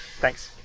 Thanks